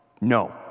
no